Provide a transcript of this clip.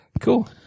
Cool